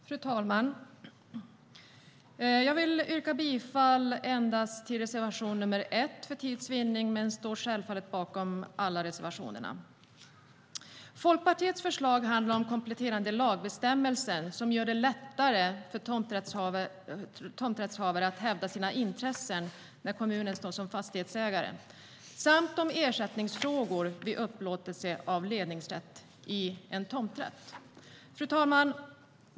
Fru talman! Jag vill för tids vinnande yrka bifall endast till reservation nr 1, men jag står självfallet bakom alla reservationer. Ledningsrätt i tomträtt Folkpartiets förslag handlar om kompletterande lagbestämmelser som gör det lättare för tomträttshavare att hävda sina intressen när kommunen står som fastighetsägare samt om ersättningsfrågor vid upplåtelse av ledningsrätt i en tomträtt.